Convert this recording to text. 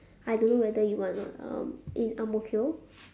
I don't know whether you want or not um in ang mo kio